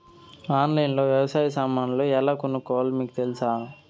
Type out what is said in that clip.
ఆన్లైన్లో లో వ్యవసాయ సామాన్లు ఎలా కొనుక్కోవాలో మీకు తెలుసా?